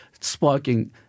sparking